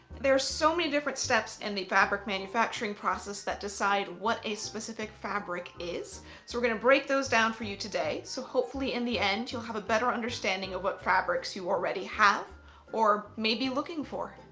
there are so many different steps in the fabric manufacturing process that decide what a specific fabric is. so we're going to break those down for you today. so hopefully in the end, you'll have a better understanding of what fabrics you already have or maybe looking for.